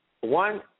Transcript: one